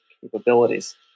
capabilities